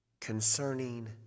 concerning